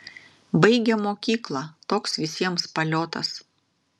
baigėm mokyklą toks visiems paliotas